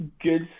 good